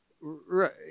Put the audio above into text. right